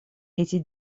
эти